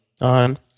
on